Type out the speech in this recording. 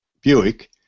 Buick